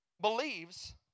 believes